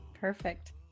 Perfect